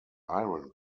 iron